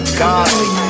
godly